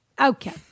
Okay